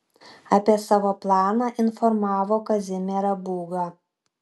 apie savo planą informavo kazimierą būgą